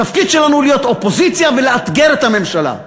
התפקיד שלנו להיות אופוזיציה ולאתגר את הממשלה.